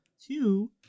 two